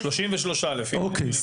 33. אוקיי.